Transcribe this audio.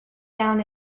down